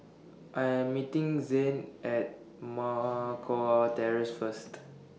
I Am meeting Zane At Moh Kua Terrace First